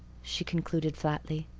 she concluded flatly,